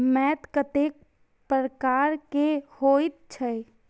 मैंट कतेक प्रकार के होयत छै?